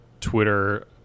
Twitter